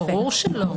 ברור שלא.